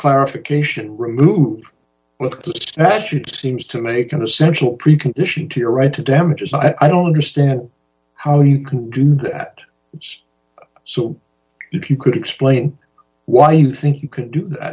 clarification remove looked at statute seems to make an essential precondition to your right to damages i don't understand how you can do that so if you could explain why you think you could do that